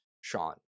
Sean